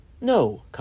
No